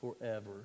forever